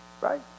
Right